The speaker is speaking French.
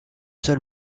seul